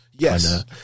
yes